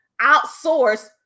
outsource